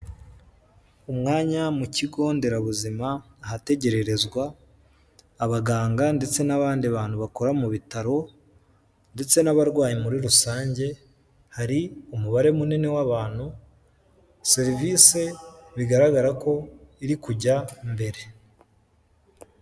Umwanya mu kigo nderabuzima ahategererezwa abaganga ndetse n'abandi bantu bakora mu bitaro ndetse n'abarwayi muri rusange, hari umubare munini w'abantu, serivise bigaragara ko iri kujya mbere.